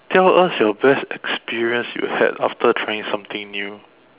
tell us your best experience you've had after trying something new